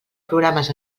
programes